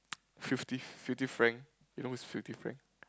fifty fifty frank you know who is fifty frank